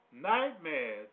nightmares